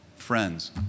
friends